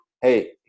hey